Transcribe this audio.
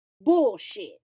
bullshit